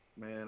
man